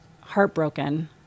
heartbroken